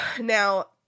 Now